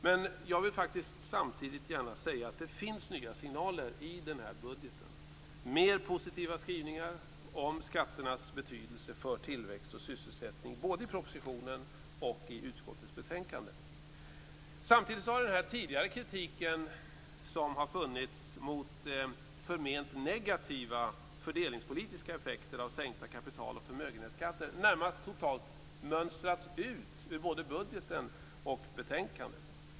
Men jag vill samtidigt gärna säga att det finns nya signaler i budgeten och mer positiva skrivningar om skatternas betydelse för tillväxt och sysselsättning i både propositionen och utskottets betänkande. Samtidigt har den tidigare kritiken mot förment negativa fördelningspolitiska effekter av sänkta kapital och förmögenhetsskatter närmast totalt utmönstrats ur både budgeten och betänkandet.